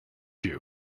you